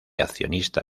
accionista